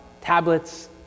tablets